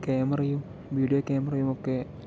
ക്യാമറയും വീഡിയോ ക്യാമറയുമൊക്കെ